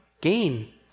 gain